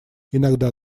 иногда